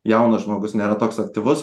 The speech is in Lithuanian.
jaunas žmogus nėra toks aktyvus